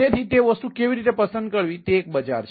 તેથી તે વસ્તુ કેવી રીતે પસંદ કરવી તે એક બજાર છે